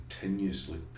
continuously